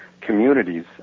communities